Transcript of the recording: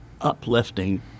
uplifting